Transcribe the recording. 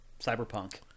Cyberpunk